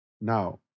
Now